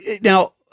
Now